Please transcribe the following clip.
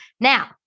Now